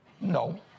No